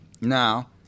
Now